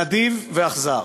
נדיב ואכזר: